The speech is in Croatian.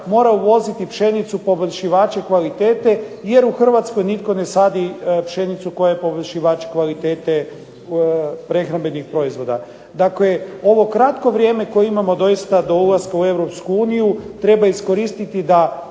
mora uvoziti pšenicu i poboljšivače kvalitete, jer u Hrvatskoj nitko ne sadi pšenicu koja je poboljšivač kvalitete prehrambenih proizvoda. Dakle, ovo kratko vrijeme koje imamo doista do ulaska u Europsku uniju, treba iskoristiti da